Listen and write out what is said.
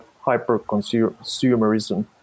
hyper-consumerism